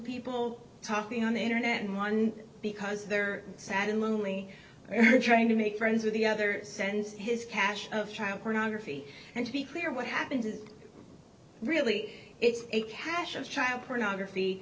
people talking on the internet and one because they're sad and lonely trying to make friends with the other sends his cache of child pornography and to be clear what happens is really it's a cache of child pornography